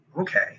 okay